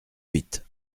huit